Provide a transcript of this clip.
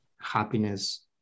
Happiness